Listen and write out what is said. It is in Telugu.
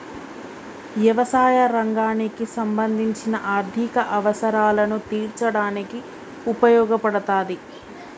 యవసాయ రంగానికి సంబంధించిన ఆర్ధిక అవసరాలను తీర్చడానికి ఉపయోగపడతాది